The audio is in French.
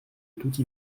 toute